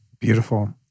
Beautiful